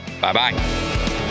Bye-bye